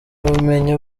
ubumenyi